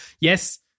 Yes